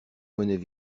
monnaies